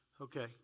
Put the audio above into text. Okay